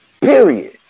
Period